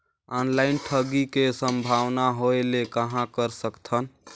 Online ठगी के संभावना होय ले कहां कर सकथन?